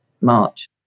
March